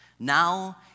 Now